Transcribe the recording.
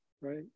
Right